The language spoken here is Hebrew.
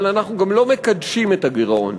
אבל אנחנו גם לא מקדשים את הגירעון.